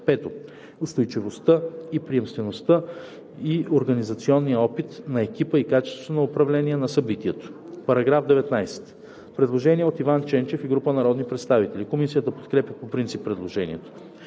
5. устойчивостта и приемствеността и организационния опит на екипа и качеството на управление на събитието.“ По § 19 има предложение от Иван Ченчев и група народни представители. Комисията подкрепя по принцип предложението.